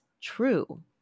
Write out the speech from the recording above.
true